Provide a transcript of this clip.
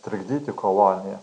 trikdyti koloniją